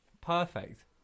Perfect